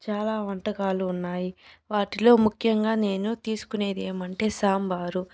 చాలా వంటకాలు ఉన్నాయి వాటిలో ముఖ్యంగా నేను తీసుకునేది ఏమంటే సాంబారు